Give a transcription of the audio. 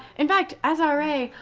in fact, as r a,